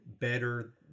better